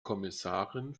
kommissarin